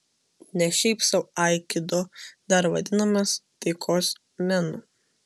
ne šiaip sau aikido dar vadinamas taikos menu